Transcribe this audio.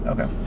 Okay